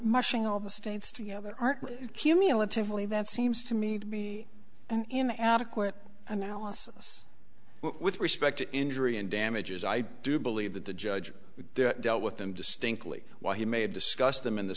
mushing all the states together are cumulatively that seems to me to be and in the adequate analysis with respect to injury and damages i do believe that the judge dealt with them distinctly while he may have discussed them in the